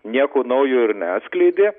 nieko naujo ir neatskleidė